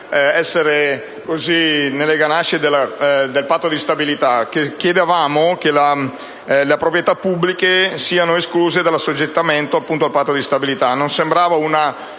sia nelle ganasce del Patto di stabilita. Chiediamo infatti che le proprieta pubbliche siano escluse dall’assoggettamento al Patto di stabilita. Non sembrava un